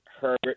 Herbert